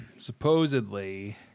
Supposedly